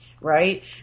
right